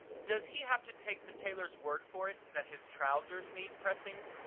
does he have to take the tailor's word for it that his trousers need pressing?